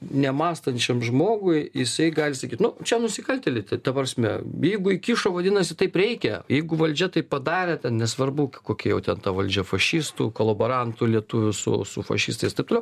nemąstančiam žmogui jisai gali sakyt nu čia nusikaltėliai tai ta prasme jeigu įkišo vadinasi taip reikia jeigu valdžia tai padarė ten nesvarbu kokia jau ten ta valdžia fašistų kolaborantų lietuvių su su fašistais taip toliau